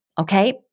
Okay